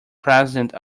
president